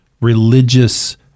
religious